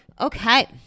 Okay